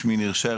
שמי ניר שער,